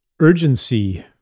urgency